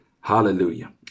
Hallelujah